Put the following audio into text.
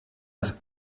das